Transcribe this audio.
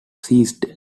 ceased